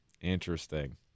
Interesting